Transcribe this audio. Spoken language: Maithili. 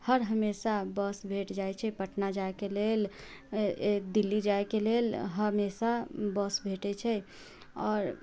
हर हमेशा बस भेट जाइत छै पटना जायके लेल दिल्ली जायके लेल हमेशा बस भेटैत छै आओर